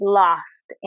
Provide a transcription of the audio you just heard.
lost